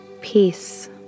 Peace